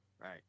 Right